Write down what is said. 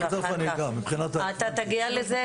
אתה תגיע לזה?